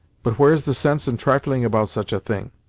but where's the sense in trifling about such a thing?